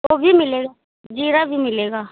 वह भी मिलेगा ज़ीरा भी मिलेगा